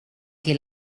qui